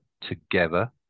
together